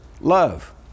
love